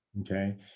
okay